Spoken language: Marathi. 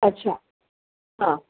अच्छा हां